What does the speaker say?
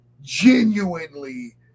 genuinely